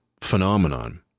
phenomenon